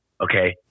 okay